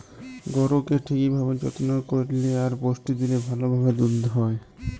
গরুকে ঠিক ভাবে যত্ন করল্যে আর পুষ্টি দিলে ভাল ভাবে দুধ হ্যয়